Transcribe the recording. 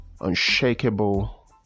unshakable